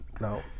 no